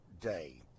day